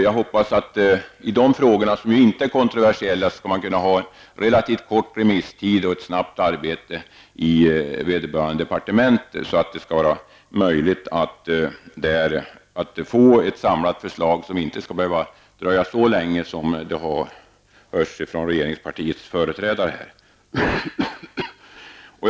Jag hoppas att man i de frågor som inte är kontroversiella skall kunna ha en relativt kort remisstid och göra ett snabbt arbete i vederbörande departement så att det skall bli möjligt att få ett samlat förslag som inte dröjer så länge som regeringspartiets företrädare här sagt.